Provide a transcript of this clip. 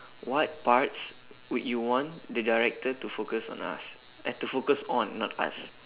what parts would you want the director to focus on us eh to focus on not us